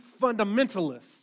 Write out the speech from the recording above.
fundamentalists